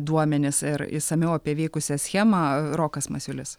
duomenis ir išsamiau apie veikusią schemą rokas masiulis